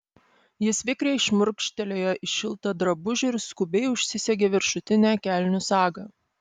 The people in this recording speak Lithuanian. jis vikriai šmurkštelėjo į šiltą drabužį ir skubiai užsisegė viršutinę kelnių sagą